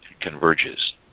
converges